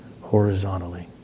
horizontally